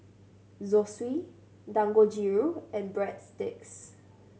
Zosui Dangojiru and Breadsticks